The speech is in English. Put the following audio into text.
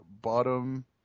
bottom